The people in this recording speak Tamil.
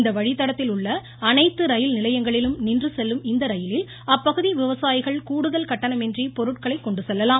இந்த வழித்தடத்தில் உள்ள அனைத்து ரயில் நிலையங்களிலும் நின்று செல்லும் இந்த ரயிலில் அப்பகுதி விவசாயிகள் கூடுதல் கட்டணமின்றி பொருட்களை கொண்டு செல்லாம்